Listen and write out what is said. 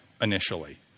initially